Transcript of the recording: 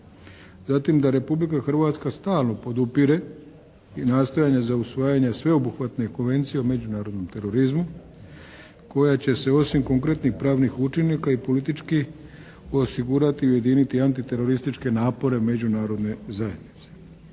Zatim da Republika Hrvatska stalno podupire i nastojanja za usvajanje sveobuhvatne Konvencije o međunarodnom terorizmu koja će se osim konkretnih pravnih učinaka i politički osigurati i ujediniti antiterorističke napore međunarodne zajednice.